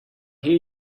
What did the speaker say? hear